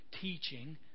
teaching